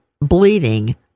bleeding